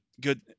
good